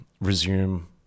resume